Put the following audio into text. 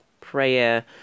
prayer